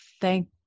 thank